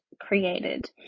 created